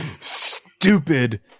Stupid